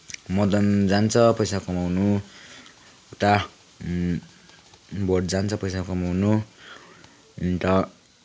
मदन जान्छ पैसा कमाउन उता भोट जान्छ पैसा कमाउन अन्त